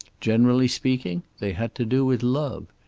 generally speaking, they had to do with love.